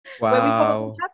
Wow